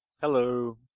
Hello